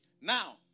Now